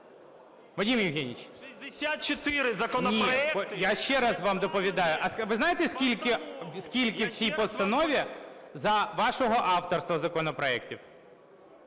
Ні, я ще раз вам доповідаю, ви знаєте, скільки в цій постанові за вашого авторства законопроектів?